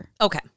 Okay